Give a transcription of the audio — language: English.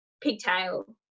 pigtail